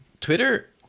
Twitter